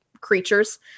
creatures